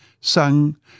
sung